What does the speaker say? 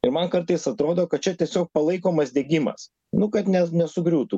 ir man kartais atrodo kad čia tiesiog palaikomas degimas nu kad ne nesugriūtų